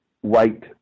white